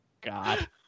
God